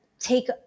take